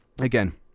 Again